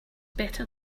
better